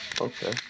okay